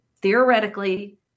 theoretically